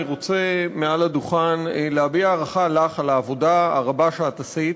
אני רוצה מעל הדוכן להביע הערכה לך על העבודה הרבה שאת עשית.